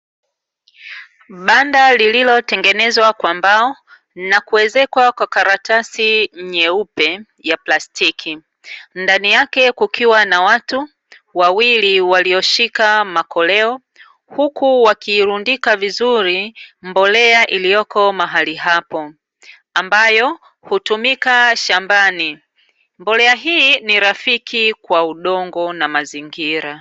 Banda lililotengenezwa kwa mbao, na kuezekwa kwa karatasi nyeupe ya plastiki. Ndani yake kukiwa na watu wawili walioshika makoleo, huku wakiirundikwa vizuri mbolea iliyopo mahali hapo. Ambayo hutumika shambani. Mbolea hii ni rafiki kwa udongo na mazingira.